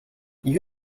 you